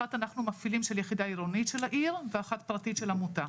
אנחנו מפעילים יחידה אחת עירונית של העיר ואחת פרטית של עמותה.